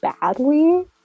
badly